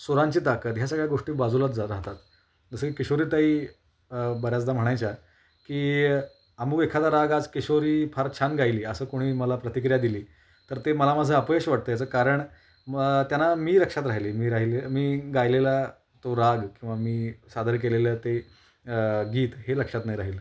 सुरांची ताकद ह्या सगळ्या गोष्टी बाजूलाच जा राहतात जसं की किशोरीताई बऱ्याचदा म्हणायच्या की अमूक एखादा राग आज किशोरी फार छान गायली असं कोणी मला प्रतिक्रिया दिली तर ते मला माझं अपयश वाटतं याचं कारण म त्यांना मी लक्षात राहिली मी राहिले मी गायलेला तो राग किंवा मी सादर केलेलं ते गीत हे लक्षात नाही राहिलं